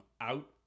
out